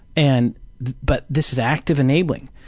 and but this is active enabling.